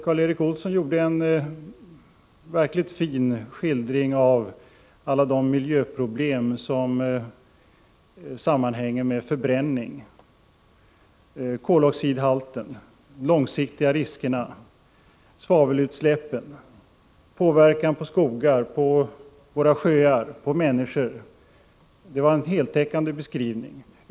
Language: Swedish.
Karl Erik Olsson gav en verkligt fin skildring av alla de miljöproblem som sammanhänger med förbränningen: koloxidhalten, de långsiktiga riskerna med svavelutsläpp samt inverkan på skog, sjöar och människor. Det var en heltäckande beskrivning.